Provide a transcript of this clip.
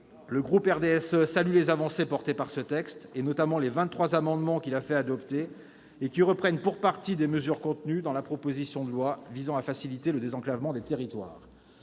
le groupe du RDSE salue les avancées portées par ce projet de loi, notamment les 23 amendements qu'il a fait adopter et qui reprennent pour partie des mesures contenues dans la proposition de loi visant à faciliter le désenclavement des territoires.